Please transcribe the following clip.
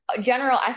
general